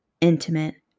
intimate